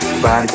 Body